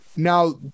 now